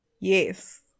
Yes